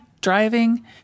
driving